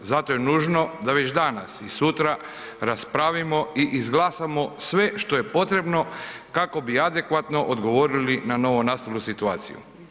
Zato je nužno da već danas i sutra raspravimo i izglasamo sve što je potrebno kako bi adekvatno odgovorili na novonastalu situaciju.